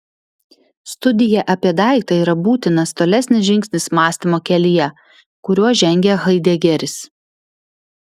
studija apie daiktą yra būtinas tolesnis žingsnis mąstymo kelyje kuriuo žengia haidegeris